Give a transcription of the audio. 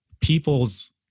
people's